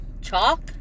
chalk